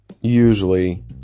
usually